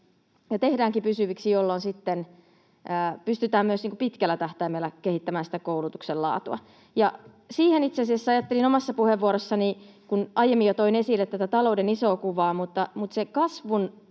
tehdäänkin pysyviksi, jolloin sitten pystytään myös pitkällä tähtäimellä kehittämään sitä koulutuksen laatua. Tähän itse asiassa ajattelin omassa puheenvuorossani puuttua: Toin jo aiemmin esille talouden isoa kuvaa, mutta kasvun